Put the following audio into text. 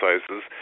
sizes